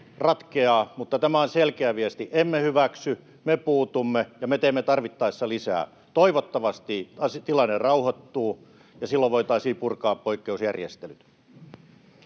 mutta tämä on selkeä viesti: emme hyväksy, me puutumme, ja me teemme tarvittaessa lisää. Toivottavasti tilanne rauhoittuu ja silloin voitaisiin purkaa poikkeusjärjestelyt.